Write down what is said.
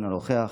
אינו נוכח,